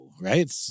right